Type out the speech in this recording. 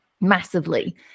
massively